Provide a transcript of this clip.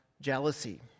jealousy